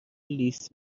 لیس